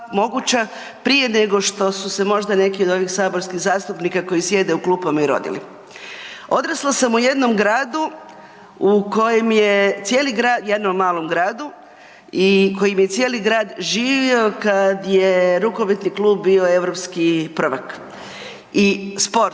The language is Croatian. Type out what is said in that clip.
prije nego što su se možda neki od ovih saborskih zastupnika koji sjede u klupama i rodili. Odrasla sam u jednom gradu u kojem je cijeli grad, jednom malom gradu i kojim je cijeli grad živio kad je rukometni klub bio europski prvak i sport